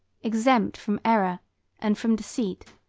exempt from error and from deceit,